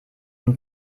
den